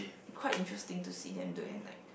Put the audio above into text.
quite interesting to see them do at night